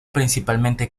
principalmente